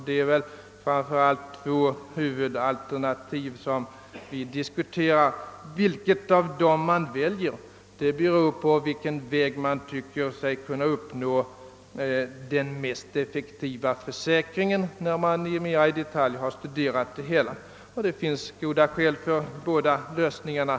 Det är väl framför allt två organisatoriska huvudalternativ vi diskuterar — vilket av dem man väljer beror på vilken väg man tycker sig kunna åstadkomma den mest effektiva försäkringen sedan man mera i detalj har studerat det hela. Det finns goda skäl för båda lösningarna.